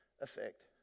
effect